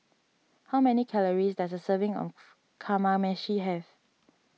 how many calories does a serving of Kamameshi have